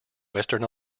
western